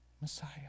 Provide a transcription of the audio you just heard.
Messiah